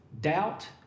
doubt